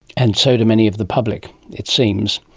and so do many of the public, it seems.